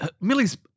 Millie's